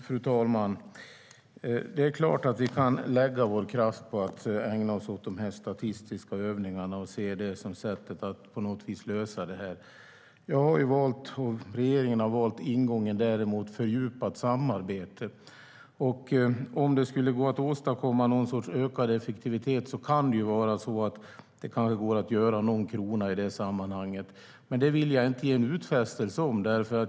Fru talman! Det är klart att vi kan lägga vår kraft på att ägna oss åt statistiska övningar som ett sätt att lösa det här. Jag och regeringen har i stället valt ingången fördjupat samarbete. Man skulle kanske kunna åstadkomma ökad effektivitet som kan ge någon sparad krona, men det vill jag inte göra någon utfästelse om.